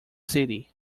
city